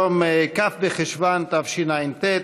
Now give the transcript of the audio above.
היום כ' בחשוון תשע"ט,